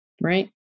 right